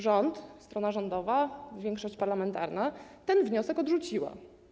Rząd, strona rządowa, większość parlamentarna ten wniosek odrzuciła.